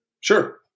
Sure